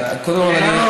אלי,